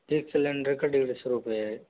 एक सिलेंडर का डेढ़ सौ रुपया है